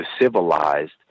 civilized